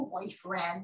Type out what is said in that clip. boyfriend